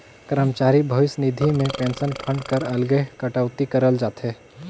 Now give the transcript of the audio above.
करमचारी भविस निधि में पेंसन फंड कर अलगे कटउती करल जाथे